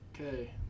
Okay